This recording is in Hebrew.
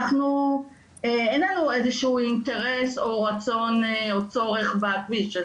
אנחנו אין לנו צורך איזה שהוא אינטרס או רצון או צורך בכביש.